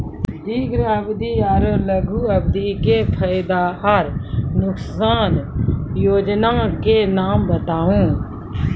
दीर्घ अवधि आर लघु अवधि के फायदा आर नुकसान? वयोजना के नाम बताऊ?